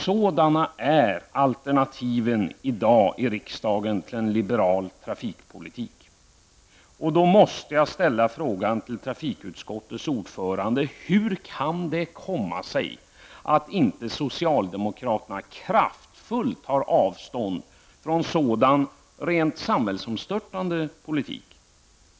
Sådana är alternativen i dag i riksdagen till en liberal trafikpolitik. Jag måste därför ställa följande frågor till trafikutskottets ordförande. Hur kan det komma sig att socialdemokraterna inte kraftfullt tar avstånd från sådan rent samhällsomstörtande politik?